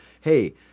Hey